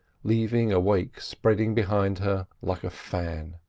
leaving a wake spreading behind her like a fan.